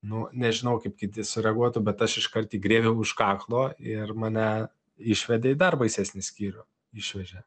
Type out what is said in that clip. nu nežinau kaip kiti sureaguotų bet aš iškart jį grėbiau už kaklo ir mane išvedė į dar baisesnį skyrių išvežė